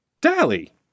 Dally